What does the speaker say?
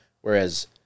Whereas